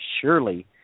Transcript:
surely